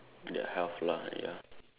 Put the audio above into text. their health lah ya